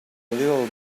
little